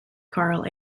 karl